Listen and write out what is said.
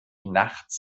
nachts